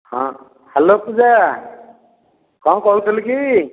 ହଁ ହ୍ୟାଲୋ ପୂଜା କ'ଣ କହୁଥିଲୁ କି